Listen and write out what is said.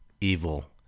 evil